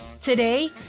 Today